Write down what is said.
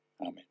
Amen